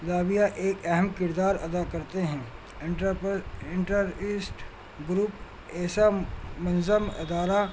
لاییہ ایک اہم کردار ادا کرتے ہیں انٹر انٹر ایسٹ گروپ ایسا منظم ادارہ